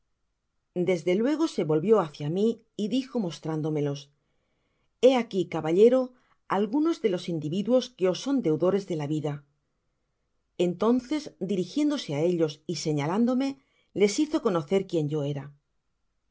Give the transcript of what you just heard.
desde luego se volvio hacia mi y dijo mostrándomelos he aqui caballero algunos de los individuos que os son deudores de la vida entonces dirigiéndose á ellos y señalándome les hizo conocer quién yo era